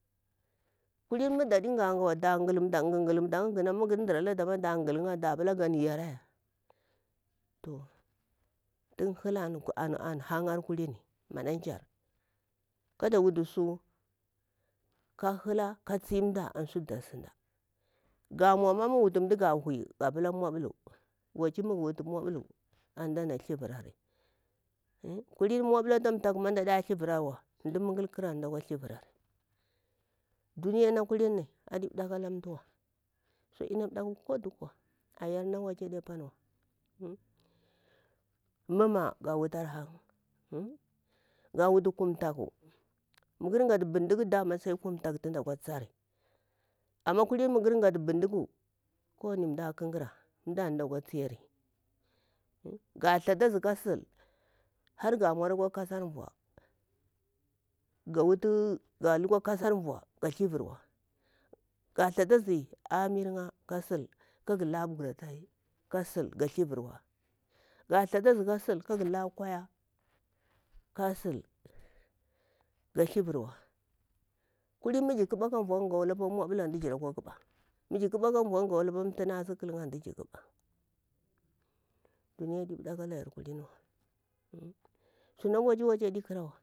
Kulima mu gaɗi gah gah wa da ghaghalunta mya kada pila gan yara ya to tun hela anhang kulum maɗanƙyar kada wutu su ka hela ka tsi mda an sutu da sinda ga mauma muga wutu mda ga huyi ga pila mauɓulu, waci mugu wutu mauɓulu an mdana thivirari kulini mauɓulu afa thaku ma mdaɗa thivarawa mda mugul ƙar antu mda kwa thivirari duniya na kulini adi ƙakkuwa sudina ƙakku ko dukuwa zaman na waci adepariwa muma ga wutari hang ga wutu kam thaku mugher ghatu bindigu kam thaku antu mda kwa tsari amma kulin mu ghar gatu bindiga mda antu nda kwa tsiyari ga thafazi ka sil har kasar vu gawutu ga lukwa kasar vu ga thivurwa ga thatazi aha miringa ka gah la buratai ka sil ga thivurwa ga thatazi ka sil karaka kwaya kasil ga thiburwa kulini mi ga ƙaɓa ka vu'ya gakwa wula apa mauɗulo an tu jira kwa ƙaɓa mu jir ƙaɓa ka vu'ya ga ƙwa wula apa tha nasi kal'ya antu jir ƙaɓa duniya adi dakku ƙarawa suma waci waci ddi ƙarawa.